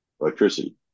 electricity